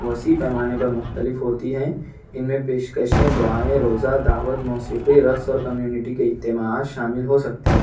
وسیع پیمانے پر مختلف ہوتی ہیں ان میں پیشکشیں دعائیں روزہ دعوت موسیقی رقص اور کمیونیٹی کے اجتماعات شامل ہو سکتے ہیں